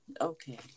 Okay